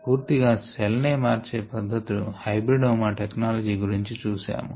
పూర్తీ గా సెల్ నే మార్చే పద్ధతులు హైబ్రి డో మా టెక్నలాజి గురించి చూసాము